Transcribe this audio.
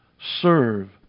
serve